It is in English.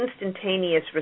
instantaneous